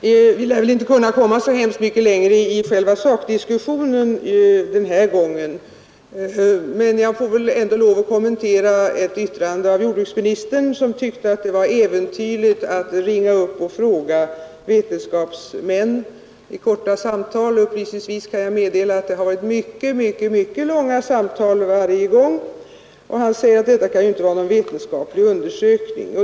Fru talman! Vi lär inte den här gången kunna komma så mycket längre i själva sakdiskussionen, men jag ber ändå att få kommentera ett yttrande av jordbruksministern. Han tyckte att det var äventyrligt att ringa upp och fråga vetenskapsmän under några korta samtal. Upplysningsvis kan jag meddela att det rörde sig om mycket långa samtal varje gång. Jordbruksministern säger att detta inte kan vara någon vetenskaplig undersökning.